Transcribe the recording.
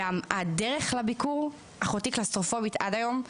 והדרך לביקור אחותי קלסטרופובית עד היום.